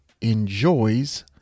enjoys